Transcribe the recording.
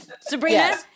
Sabrina